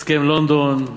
הסכם לונדון,